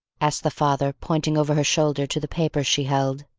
asked the father, pointing over her shoulder to the paper she held.